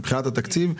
מבחינת התקציב,